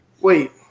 wait